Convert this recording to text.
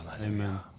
Amen